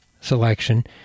selection